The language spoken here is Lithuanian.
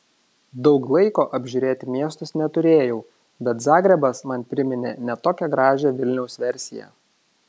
daug laiko apžiūrėti miestus neturėjau bet zagrebas man priminė ne tokią gražią vilniaus versiją